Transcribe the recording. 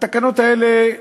התקנות האלה,